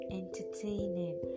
entertaining